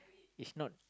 it's not